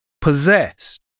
possessed